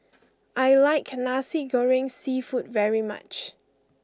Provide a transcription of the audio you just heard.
I like Nasi Goreng Seafood very much